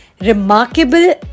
remarkable